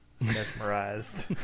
mesmerized